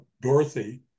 Dorothy